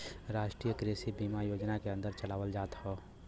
राष्ट्रीय कृषि बीमा योजना के अन्दर चलावल जात हौ